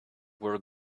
were